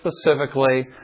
specifically